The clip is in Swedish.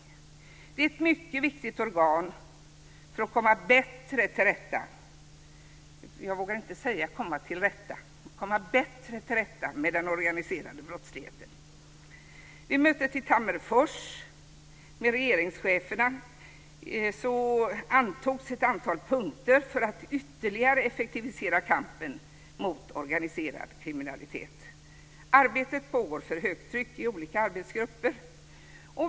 Europol är ett mycket viktigt organ för att bättre komma till rätta - jag vågar inte säga bara komma till rätta - med den organiserade brottsligheten. Vid mötet i Tammerfors med regeringscheferna antogs ett antal punkter för att ytterligare effektivisera kampen mot organiserad kriminalitet. Arbetet pågår för högtryck i olika arbetsgrupper.